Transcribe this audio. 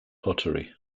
pottery